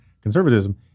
conservatism